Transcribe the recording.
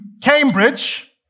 Cambridge